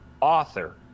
author